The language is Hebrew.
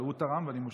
הוא תרם ואני מושתל.